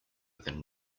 than